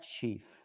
chief